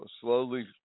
slowly